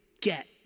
get